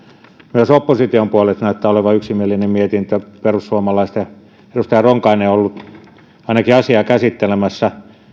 myös opposition puolelta näyttää olevan yksimielinen mietintö perussuomalaisten edustaja ronkainen on ainakin ollut asiaa käsittelemässä